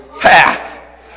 path